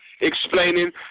explaining